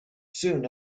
soon